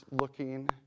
looking